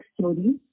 story